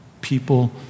people